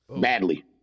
Badly